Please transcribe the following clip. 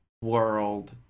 world